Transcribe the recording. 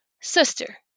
sister